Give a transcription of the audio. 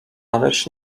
ależ